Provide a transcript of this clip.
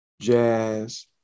jazz